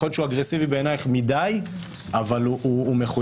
יכול להיות שבעיניך הוא אגרסיבי מדי אבל הוא מחויב.